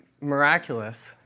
miraculous